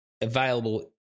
available